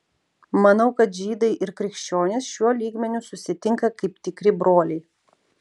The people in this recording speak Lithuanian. manau kad žydai ir krikščionys šiuo lygmeniu susitinka kaip tikri broliai